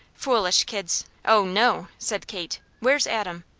foolish kids? oh, no! said kate. where's adam?